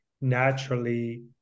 naturally